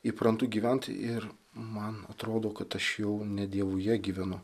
įprantu gyvent ir man atrodo kad aš jau ne dievuje gyvenu